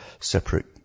separate